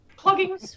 Plugging